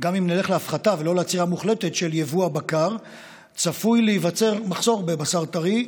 ולא לעצירה מוחלטת של יבוא הבקר צפוי להיווצר מחסור בבשר טרי,